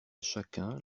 chacun